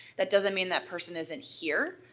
that doesn't mean that person isn't here.